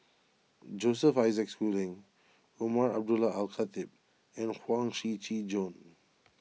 Joseph Isaac Schooling Umar Abdullah Al Khatib and Huang Shiqi Joan